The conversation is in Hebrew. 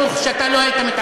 אני הייתי מעדיף,